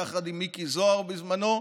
יחד עם מיקי זוהר בזמנו,